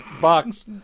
box